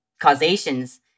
causations